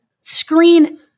screen